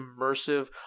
immersive